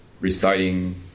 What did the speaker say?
Reciting